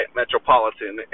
metropolitan